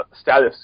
status